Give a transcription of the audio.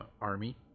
army